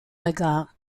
regard